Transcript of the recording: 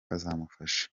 azamufasha